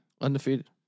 Undefeated